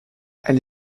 elle